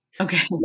Okay